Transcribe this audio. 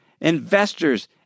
investors